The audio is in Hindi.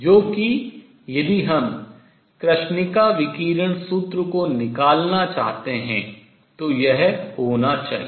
जो कि यदि हम कृष्णिका विकिरण सूत्र को निकालना deduce करना चाहते हैं तो यह होना चाहिए